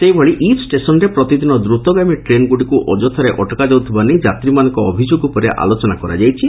ସେହିଭଳି ଇବ୍ ଷେସନ୍ରେ ପ୍ରତିଦିନ ଦ୍ଦୁତଗାମୀ ଟ୍ରେନ୍ଗୁଡ଼ିକୁ ଅଯଥାରେ ଅଟକାଯାଉଥିବା ନେଇ ଯାତ୍ରୀମାନଙ୍କ ଅଭିଯୋଗ ଉପରେ ଆଲୋଚନା କରାଯାଇଛି